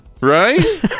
Right